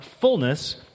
fullness